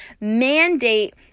mandate